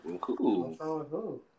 cool